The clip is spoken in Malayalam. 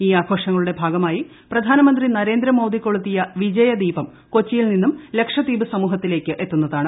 ഈ ആഘോഷങ്ങളുടെ ഭാഗമായി പ്രധാനമന്ത്രി നരേന്ദ്ര മോദി കൊളുത്തിയ വിജയ ദീപം കൊച്ചിയിൽ നിന്നും ലക്ഷദീപ് സമൂഹത്തിലേക്ക് എത്തുന്നതാണ്